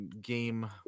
game